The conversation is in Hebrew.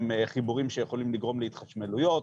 הם חיבורים שיכולים לגרום להתחשמלות,